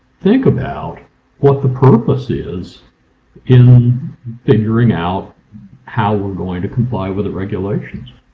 think about what the purpose is in figuring out how we're going to comply with the regulations.